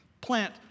plant